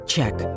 Check